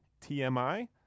TMI